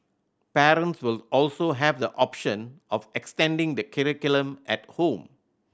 parents will also have the option of extending the curriculum at home